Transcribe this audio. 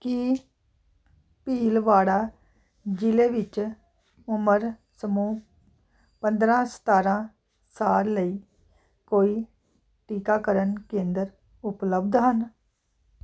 ਕੀ ਭੀਲਵਾੜਾ ਜ਼ਿਲ੍ਹੇ ਵਿੱਚ ਉਮਰ ਸਮੂਹ ਪੰਦਰ੍ਹਾਂ ਸਤਾਰ੍ਹਾਂ ਸਾਲ ਲਈ ਕੋਈ ਟੀਕਾਕਰਨ ਕੇਂਦਰ ਉਪਲੱਬਧ ਹਨ